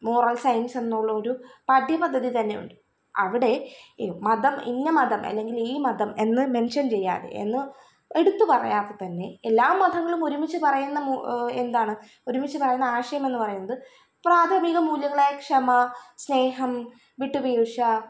moral science എന്നുള്ളൊരു പാഠ്യപദ്ധതി തന്നെയുണ്ട് അവിടെ മതം ഇന്ന മതം ഇഅല്ലങ്കിൽ ഈ മതം എന്ന് മെൻഷൻ ചെയ്യാതെ എന്ന് എടുത്ത് പറയാതെ തന്നെ എല്ലാ മതങ്ങളും ഒരുമിച്ച് പറയുന്ന മൂ എന്താണ് ഒരുമിച്ച് പറയുന്ന ആശയം എന്ന് പറയുന്നത് പ്രാഥമിക മൂല്യങ്ങളായ ക്ഷമ സ്നേഹം വിട്ട് വീഴ്ച്ച